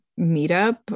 meetup